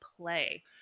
play